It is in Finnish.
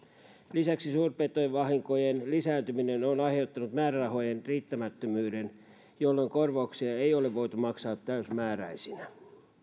lisäksi suurpetojen aiheuttamien vahinkojen lisääntyminen on aiheuttanut määrärahojen riittämättömyyden jolloin korvauksia ei ole voitu maksaa täysimääräisinä